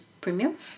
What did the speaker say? premium